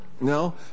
No